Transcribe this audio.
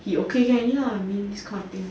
he okay can already I mean this kind of thing